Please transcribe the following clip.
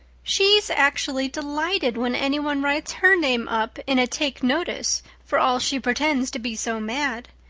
she's actually delighted when anyone writes her name up in a take-notice for all she pretends to be so mad.